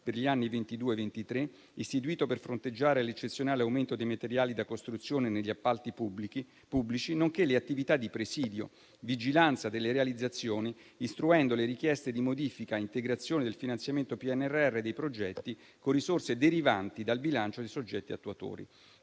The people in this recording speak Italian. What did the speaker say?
per gli anni 2022-2023, istituito per fronteggiare l'eccezionale aumento dei materiali da costruzione negli appalti pubblici, nonché le attività di presidio e vigilanza delle realizzazioni, istruendo le richieste di modifica e integrazione del finanziamento PNRR dei progetti con risorse derivanti dal bilancio dei soggetti attuatori.